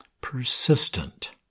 Persistent